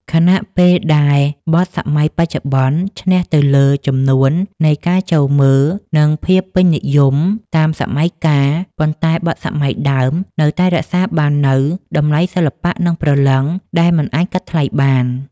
ខណៈពេលដែលបទសម័យបច្ចុប្បន្នឈ្នះទៅលើ ចំនួននៃការចូលមើល និង ភាពពេញនិយមតាមសម័យកាល ប៉ុន្តែបទសម័យដើមនៅតែរក្សាបាននូវ តម្លៃសិល្បៈនិងព្រលឹង ដែលមិនអាចកាត់ថ្លៃបាន។